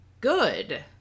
good